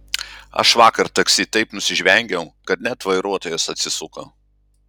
aš vakar taksi taip nusižvengiau kad net vairuotojas atsisuko